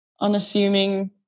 unassuming